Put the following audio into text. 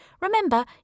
Remember